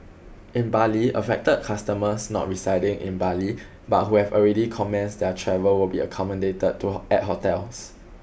in Bali affected customers not residing in Bali but who have already commenced their travel will be accommodated to at hotels